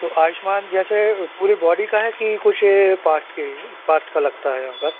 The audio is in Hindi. तो आयुष्मान जैसे पूरी बॉडी का है कि कुछ पार्ट्स के पार्ट्स का लगता है यहाँ पर